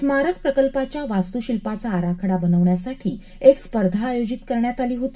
स्मारक प्रकल्पाच्या वास्तुशिल्पाचा आराखडा बनवण्यासाठी एक स्पर्धा आयोजित करण्यात आली होती